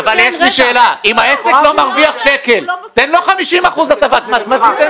אם העסק לא מרוויח שקל, תן לו 50 אחוזים הטבת מס.